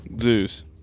Zeus